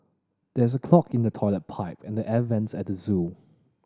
there is a clog in the toilet pipe and the air vents at the zoo